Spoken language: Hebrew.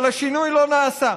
אבל השינוי לא נעשה.